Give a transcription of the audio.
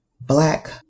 Black